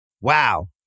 Wow